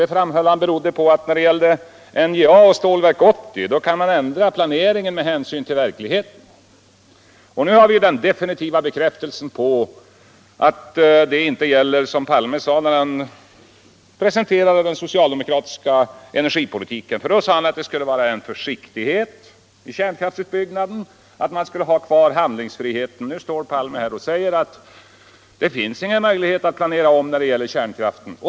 Han framhöll att detta berodde på att man när det gäller NJA och Stålverk 80 kan ändra planeringen med hänsyn till verkligheten. Nu har vi fått den definitiva bekräftelsen på att det som Palme sade när han presenterade den socialdemokratiska energipolitiken inte gäller. Då sade han att det skulle vara en försiktig kärnkraftsutbyggnad och att man skulle ha kvar handlingsfriheten, men nu står han här och säger att det inte finns någon möjlighet att planera om när det gäller kärnkraften.